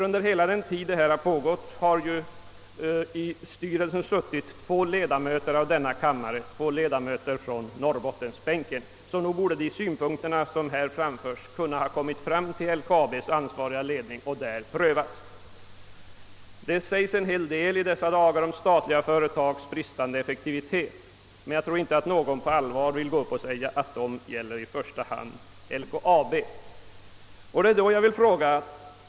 Under hela den tid som verksamheten i statlig regi pågått har i styrelsen suttit två ledamöter från Norrbottensbänken i denna kammare. De synpunkter som har framförts borde därför ha kunnat framläggas för LKAB:s ansvariga ledning för att där prövas. I dessa dagar säges en hel del om statliga företags bristande effektivitet. Jag tror emellertid inte att någon på allvar vill påstå att dessa omdömen i första hand gäller LKAB.